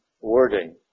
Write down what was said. wording